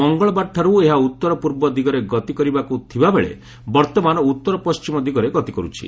ମଙ୍ଗଳବାରଠାର୍ଚ୍ଚ ଏହା ଉତ୍ତର ପୂର୍ବ ଦିଗରେ ଗତି କରିବାକୁ ଥିବାବେଳେ ବର୍ତ୍ତମାନ ଉତ୍ତର ପଣ୍ଟିମ ଦିଗରେ ଗତି କରୁଛି